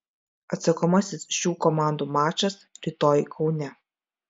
atsakomasis šių komandų mačas rytoj kaune